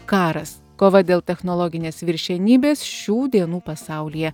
karas kova dėl technologinės viršenybės šių dienų pasaulyje